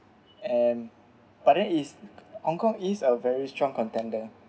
and but then is Hong-Kong is a very strong contender